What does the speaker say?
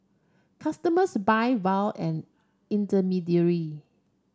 customers buy vow an intermediary